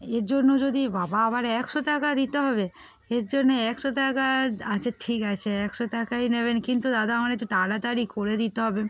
এর জন্য যদি বাবা আবার একশো টাকা দিতে হবে এর জন্য একশো টাকা আচ্ছা ঠিক আছে একশো টাকাই নেবেন কিন্তু দাদা আমার একটু তাড়াতাড়ি করে দিতে হবে